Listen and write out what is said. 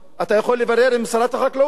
אתה יכול לברר עם שרת החקלאות,